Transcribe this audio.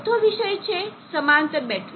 ચોથો વિષય છે સમાંતર બેટરી